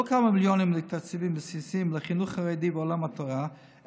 לא כמה מיליונים לתקציבים בסיסיים לחינוך חרדי ועולם התורה,